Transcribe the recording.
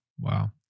Wow